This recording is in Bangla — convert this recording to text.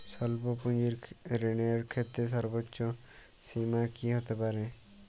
স্বল্প পুঁজির ঋণের ক্ষেত্রে সর্ব্বোচ্চ সীমা কী হতে পারে?